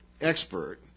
expert